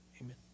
amen